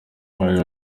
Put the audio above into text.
bantu